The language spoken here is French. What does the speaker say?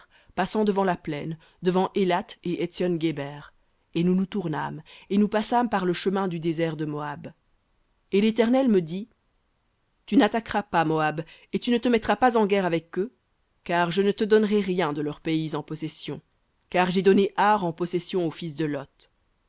passant devant la plaine devant élath et étsion guéber et nous nous tournâmes et nous passâmes par le chemin du désert de moab et l'éternel me dit tu n'attaqueras pas moab et tu ne te mettras pas en guerre avec eux car je ne te donnerai rien de leur pays en possession car j'ai donné ar en possession aux fils de lot